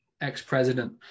ex-president